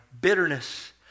bitterness